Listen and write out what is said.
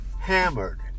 hammered